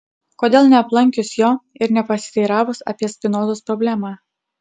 kodėl neaplankius jo ir nepasiteiravus apie spinozos problemą